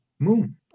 moon